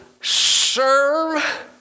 serve